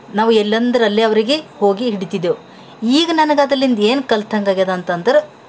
ನಾವು ಎಲ್ಲಂದರಲ್ಲೆ ಅವರಿಗೆ ಹೋಗಿ ಹಿಡಿತ್ತಿದೆವು ಈಗ ನನಗೆ ಅದಿಲಿಂದ ಏನು ಕಲಿತ್ಹಂಗ್ ಆಗ್ಯದ ಅಂತಂದ್ರೆ